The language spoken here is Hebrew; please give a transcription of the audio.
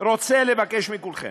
רוצה לבקש מכולכם: